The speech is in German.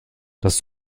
das